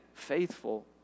faithful